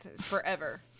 forever